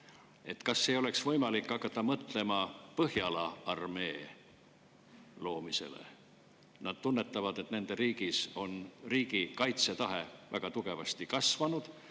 et kas ei oleks võimalik hakata mõtlema põhjala armee loomisele. Nad tunnetavad, et nende riigis on kaitsetahe väga tugevasti kasvanud,